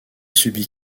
subit